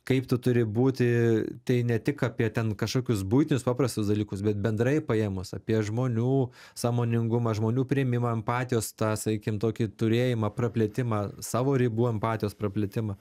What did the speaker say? kaip tu turi būti tai ne tik apie ten kažkokius buitinius paprastus dalykus bet bendrai paėmus apie žmonių sąmoningumą žmonių priėmimą empatijos tą sakykim tokį turėjimą praplėtimą savo ribų empatijos praplėtimą